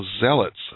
zealots